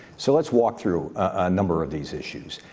so let's walk through a number of these issues.